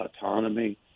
autonomy